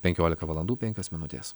penkiolika valandų penkios minutės